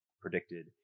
predicted